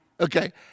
Okay